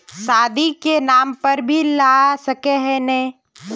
शादी के नाम पर भी ला सके है नय?